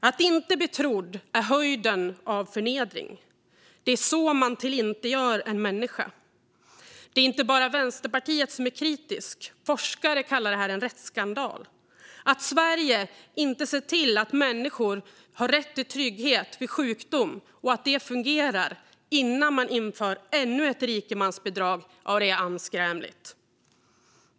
Att inte bli trodd är höjden av förnedring. Det är på det sättet man tillintetgör en människa. Inte bara Vänsterpartiet är kritiskt - forskare kallar det en rättsskandal att Sverige inte ser till att människor har rätt till trygghet vid sjukdom och att det fungerar innan man inför ännu ett rikemansbidrag. Det är anskrämligt.